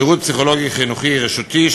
שירות פסיכולוגי חינוכי רשותי,